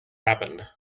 happened